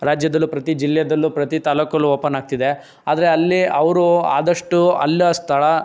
ರಾಜ್ಯದಲ್ಲೂ ಪ್ರತೀ ಜಿಲ್ಲೆಯಲ್ಲೂ ಪ್ರತೀ ತಾಲ್ಲೂಕಲ್ಲೂ ಓಪನ್ ಆಗ್ತಿದೆ ಆದರೆ ಅಲ್ಲಿ ಅವ್ರು ಆದಷ್ಟು ಅಲ್ಲಿ ಸ್ಥಳ